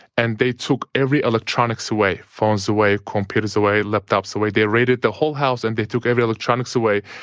and they took every electrics away. phones away, computers away, laptops away. they raided the whole house and they took every electrics away.